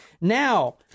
Now